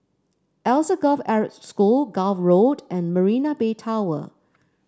Alsagoff Arab School Gul Road and Marina Bay Tower